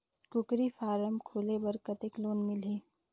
कूकरी फारम खोले बर कतेक लोन मिलही?